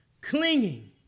clinging